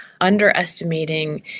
Underestimating